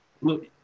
look